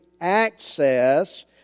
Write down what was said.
access